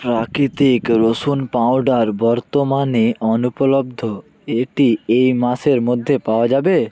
প্রাকৃতিক রসুন পাউডার বর্তমানে অনুপলব্ধ এটি এই মাসের মধ্যে পাওয়া যাবে